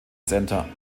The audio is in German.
centre